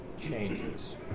changes